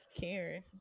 Karen